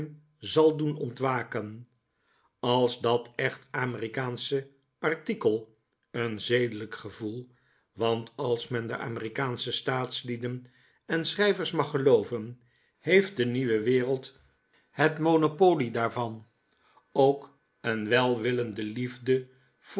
zal doen ontwaken als dat echt amerikaansche artikel een zedelijk gevoel want als men de amerikaansche staatslieden en schrijvers mag gelooven heeft de nieuwe wereld het monopolie daarvan ook een welwillende liefde